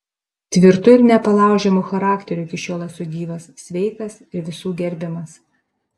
tvirtu ir nepalaužiamu charakteriu iki šiol esu gyvas sveikas ir visų gerbiamas